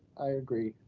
i agree,